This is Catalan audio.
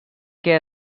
què